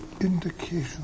indication